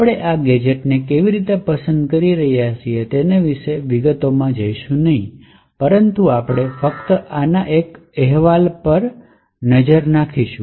આપણે આ ગેજેટ્સ ને કેવી રીતે પસંદ કરી રહ્યા છીએ તે વિશેની વિગતોમાં જઈશું નહીં પરંતુ આપણે ફક્ત આના પર એક અહેવાલ જોશું